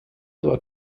war